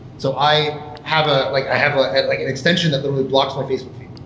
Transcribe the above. so i have ah like have ah like an extension that literally blocks my facebook feed.